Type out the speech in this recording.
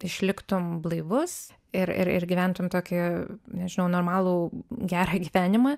išliktum blaivus ir ir ir gyventum tokį nežinau normalų gerą gyvenimą